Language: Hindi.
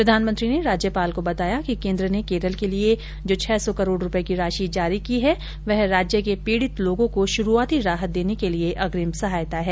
प्रधानमंत्री ने राज्यपाल को बताया कि केंद्र ने केरल के लिए जो छह सौ करोड़ रुपए की राशि जारी की है वह राज्य के पीड़ित लोगों को शुरुआती राहत देने के लिए अग्रिम सहायता है